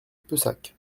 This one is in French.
pessac